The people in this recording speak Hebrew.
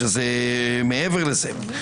היא שזה מעבר לזה.